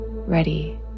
ready